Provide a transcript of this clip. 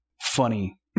funny